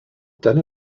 dyna